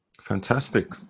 Fantastic